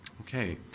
Okay